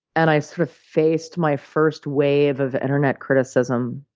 and i sort of faced my first wave of internet criticism,